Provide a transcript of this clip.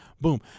Boom